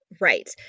Right